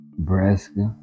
Nebraska